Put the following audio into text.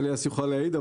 אליאס יוכל להעיד,